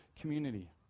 community